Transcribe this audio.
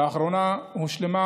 לאחרונה הושלמה